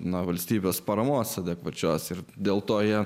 nuo valstybės paramos adekvačios ir dėl to jie